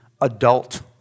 adult